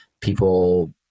people